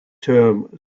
term